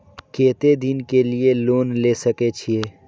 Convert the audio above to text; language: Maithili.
केते दिन के लिए लोन ले सके छिए?